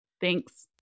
Thanks